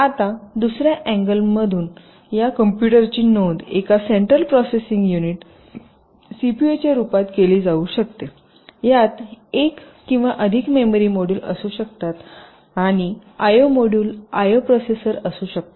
आता दुसर्या अँगलतून या कॉम्पुटरची नोंद एका सेंट्रल प्रोसेसिंग युनिट सीपीयूच्या रूपात केली जाऊ शकते यात एक किंवा अधिक मेमरी मॉड्यूल असू शकतात आणि I O module I O processor असू शकतो